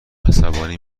عصبانی